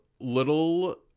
little